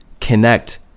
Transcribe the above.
connect